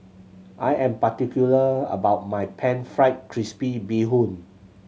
I am particular about my Pan Fried Crispy Bee Hoon